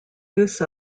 use